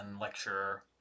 lecturer